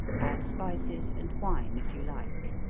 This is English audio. add spices and wine if you like.